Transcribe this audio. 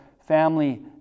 family